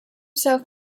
south